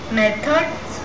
methods